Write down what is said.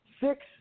six